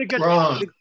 Wrong